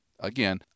Again